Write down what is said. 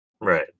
Right